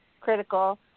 critical